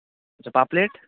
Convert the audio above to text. اچھا پاپلیٹ